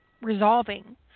resolving